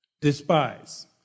Despise